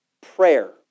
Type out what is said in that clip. Prayer